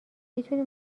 میتونی